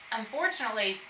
unfortunately